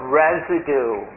residue